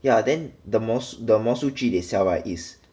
yeah then the 魔 the 魔术具 they sell right is